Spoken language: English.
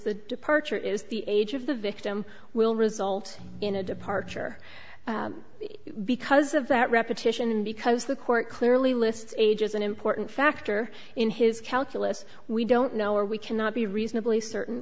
the departure is the age of the victim will result in a departure because of that repetition because the court clearly lists age as an important factor in his calculus we don't know or we cannot be reasonably certain